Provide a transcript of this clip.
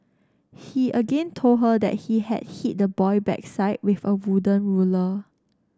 he again told her that he had hit the boy backside with a wooden ruler